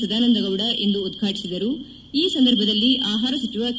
ಸದಾನಂದಗೌಡ ಇಂದು ಉದ್ಘಾಟಿಸಿದರು ಈ ಸಂದರ್ಭದಲ್ಲಿ ಆಹಾರ ಸಚಿವ ಕೆ